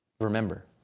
Remember